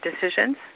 decisions